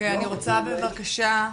אני רוצה בבקשה,